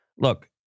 Look